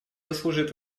заслушает